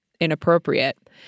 inappropriate